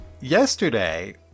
Yesterday